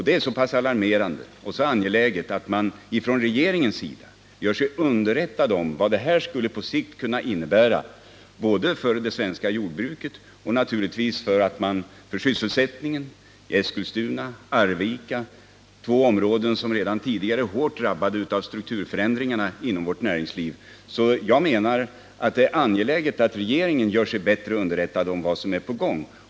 Det är så pass alarmerande och angeläget att man från regeringens sida bör göra sig underrättad om vad detta på sikt skulle innebära både för det svenska jordbruket och naturligtvis också för sysselsättningen i Eskilstuna och Arvika —-två områden som redan förut är hårt drabbade av strukturförändringar inom vårt näringsliv. Det är angeläget att regeringen gör sig bättre underrättad om vad som är på gång.